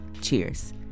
Cheers